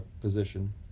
position